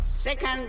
Second